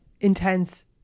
intense